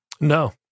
No